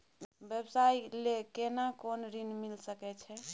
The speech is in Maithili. व्यवसाय ले केना कोन ऋन मिल सके छै?